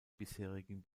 bisherigen